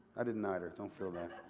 i didn't either, don't feel bad.